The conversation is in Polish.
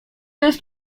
jest